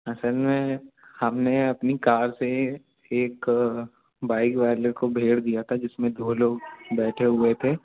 असल में हमने अपनी कार से एक बाइक वाेल को भेड़ दिया था जिसमें दो लोग बैठे हुए थे